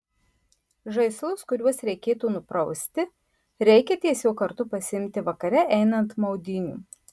žaislus kuriuos reikėtų nuprausti reikia tiesiog kartu pasiimti vakare einant maudynių